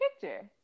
picture